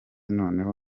noneho